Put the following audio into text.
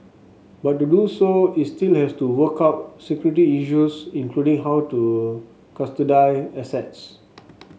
but to do so it still has to work out security issues including how to custody assets